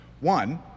One